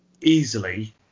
easily